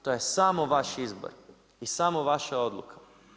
To je samo vaš izbor i samo vaša odluka.